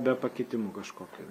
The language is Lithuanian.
be pakitimų kažkokių